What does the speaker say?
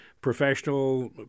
professional